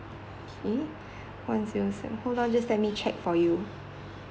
okay hold on just let me check for you